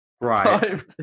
Right